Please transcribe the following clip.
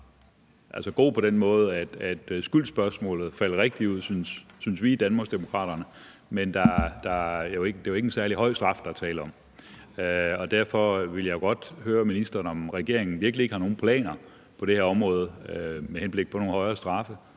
var god på den måde, at skyldsspørgsmålet faldt rigtigt ud, synes vi i Danmarksdemokraterne, men det er jo ikke en særlig høj straf, der er tale om. Derfor vil jeg jo godt høre ministeren, om regeringen virkelig ikke har nogen planer på det her område med henblik på nogle højere straffe,